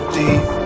deep